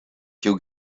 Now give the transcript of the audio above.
kiu